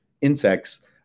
insects